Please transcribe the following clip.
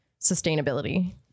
sustainability